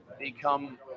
become